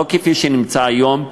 לא כפי שמוצע היום,